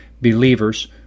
believers